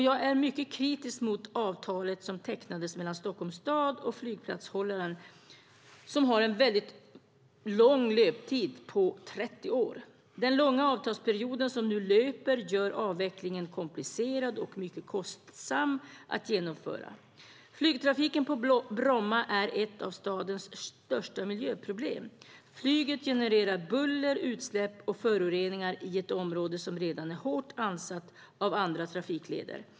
Jag är mycket kritisk mot avtalet som tecknades mellan Stockholms stad och flygplatshållaren, som har en lång löptid på 30 år. Den långa avtalsperiod som nu löper gör avvecklingen komplicerad och mycket kostsam att genomföra. Flygtrafiken på Bromma är ett av stadens största miljöproblem. Flyget genererar buller, utsläpp och föroreningar i ett område som redan är hårt ansatt av andra trafikleder.